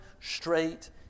straight